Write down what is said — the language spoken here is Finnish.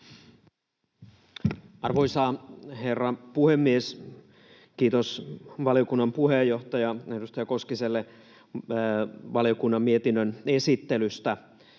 Arvoisa herra puhemies! Kiitos valiokunnan puheenjohtaja, edustaja Koskiselle valiokunnan mietinnön esittelystä.